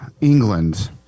England